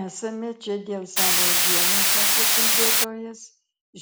esame čia dėl savo dievo sakė kalbėtojas